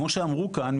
כמו שאמרו כאן,